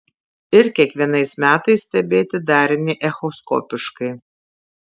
ir kiekvienais metais stebėti darinį echoskopiškai